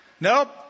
Nope